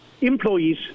employees